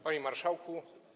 Panie Marszałku!